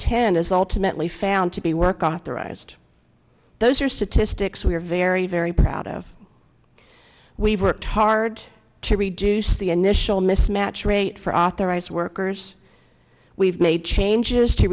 ten is ultimately found to be work authorized those are statistics we are very very proud of we've worked hard to reduce the initial mismatch rate for authorized workers we've made changes to